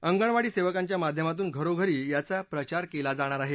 अंगणवाडी सेवकांच्या माध्यमातनं घरोघरी याचा प्रचार केला जाणार आहे